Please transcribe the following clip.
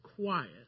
quiet